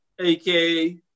aka